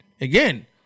again